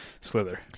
Slither